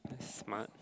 that's smart